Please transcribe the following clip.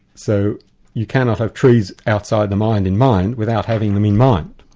so you cannot have trees outside the mind in mind without having them in mind.